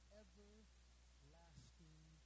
everlasting